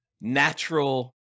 natural